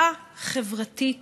תופעה חברתית,